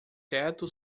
teto